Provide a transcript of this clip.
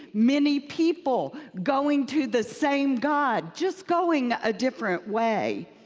many people going to the same god just going a different way.